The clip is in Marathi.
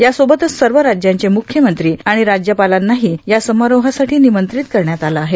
यासोबतच सर्व राज्याचे मुख्यमंत्री आणि राज्यपालांनाही या समारोहासाठी निमंत्रित करण्यात आलं आहे